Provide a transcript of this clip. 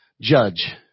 judge